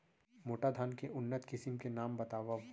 मोटा धान के उन्नत किसिम के नाम बतावव?